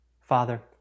Father